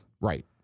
Right